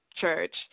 church